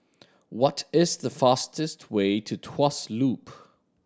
what is the fastest way to Tuas Loop